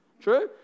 True